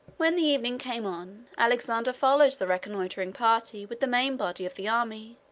when the evening came on, alexander followed the reconnoitering party with the main body of the army.